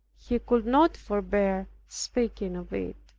he could not forbear speaking of it.